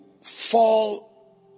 fall